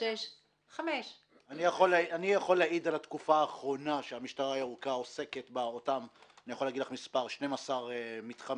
אני יכול להעיד על התקופה האחרונה שהמשטרה הירוקה עוסקת 12 מתחמים